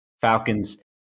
Falcons